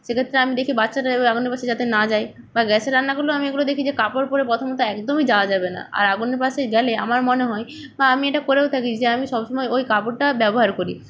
সেক্ষেত্রে আমি দেখি বাচ্চাটা যেন আগুনের পাশে যাতে না যায় বা গ্যাসে রান্নাগুলো আমি ওগুলো দেখি যে কাপড় পরে পথমত একদমই যাওয়া যাবে না আর আগুনের পাশে গেলে আমার মনে হয় বা আমি এটা করেও থাকি যে আমি সব সময় ওই কাপড়টা ব্যবহার করি